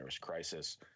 crisis